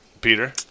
Peter